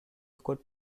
good